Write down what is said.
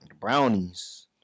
Brownies